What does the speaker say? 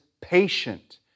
patient